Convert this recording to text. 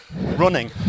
running